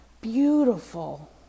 beautiful